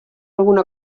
alguna